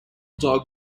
dog